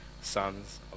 sons